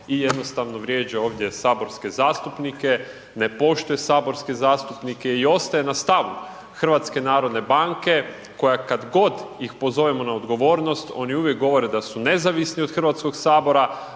i jednostavno vrijeđa ovdje saborske zastupnike, ne poštuje saborske zastupnike i ostaje na stavu Hrvatske narodne banke koja kad god ih pozovemo na odgovornost, oni uvijek govore da su nezavisni od Hrvatskog sabora,